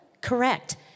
correct